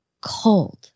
cold